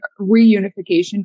reunification